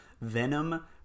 Venom